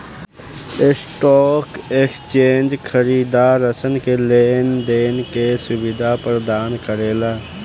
stock exchange खरीदारसन के लेन देन के सुबिधा परदान करेला